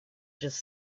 just